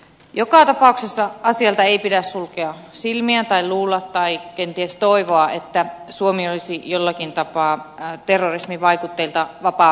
joka tapauksessa asialta ei pidä sulkea silmiä tai luulla tai kenties toivoa että suomi olisi jollakin tapaa terrorismin vaikutteilta vapaa vyöhyke